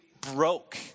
broke